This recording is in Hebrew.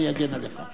אני אגן לך.